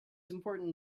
important